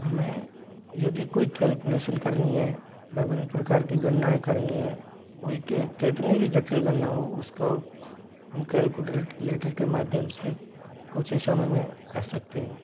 हमें यदि कोई कैलकुलेसन करनी है विभिन्न प्रकार की गणनाएँ करनी है कोई कितनी भी जटिल गणना हो उसका हम कैलकुलेटर के माध्यम से कुछ ही समय में कर सकते हैं